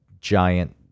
giant